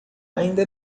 ainda